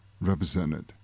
represented